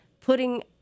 putting